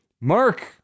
Mark